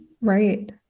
Right